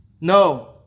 No